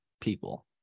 people